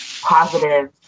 positive